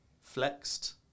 flexed